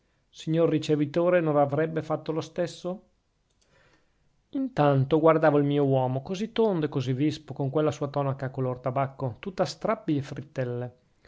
signor ricevitore non avrebbe fatto lo stesso intanto guardavo il mio uomo così tondo e così vispo con quella sua tonaca color tabacco tutta strappi e frittelle